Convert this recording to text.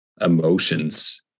emotions